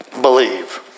believe